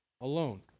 alone